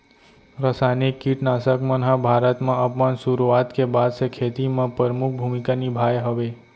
रासायनिक किट नाशक मन हा भारत मा अपन सुरुवात के बाद से खेती मा परमुख भूमिका निभाए हवे